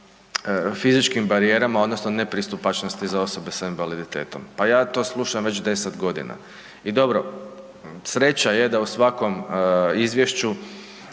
fizičkim barijerama odnosno nepristupačnosti za osobe s invaliditetom, pa ja to slušam već 10 godina. I dobro, sreća je da u svakom izvješću